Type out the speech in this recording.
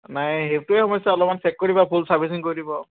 নাই সেইটোৱে সমস্যা অলপমান চেক কৰি দিব ফুল চাৰ্ভিচিং কৰি দিব আউ